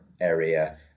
area